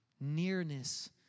nearness